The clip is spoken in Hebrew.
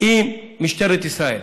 אם משטרת ישראל